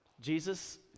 Jesus